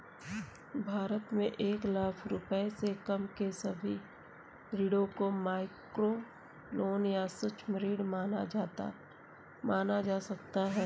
भारत में एक लाख रुपए से कम के सभी ऋणों को माइक्रोलोन या सूक्ष्म ऋण माना जा सकता है